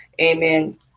amen